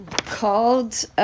called